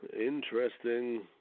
interesting